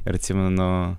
ir atsimenu